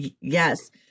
yes